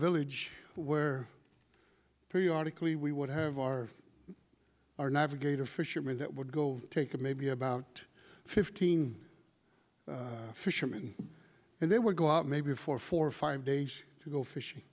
village where periodically we would have our our navigator fishermen that would go take a maybe about fifteen fishermen and they would go out maybe for four or five days to go fishing